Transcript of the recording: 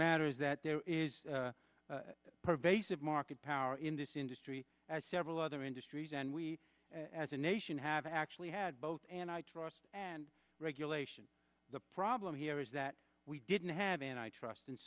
matter is that there is pervasive market power in this industry as several other industries and we as a nation have actually had both and i trust and regulation the problem here is that we didn't have an i trust and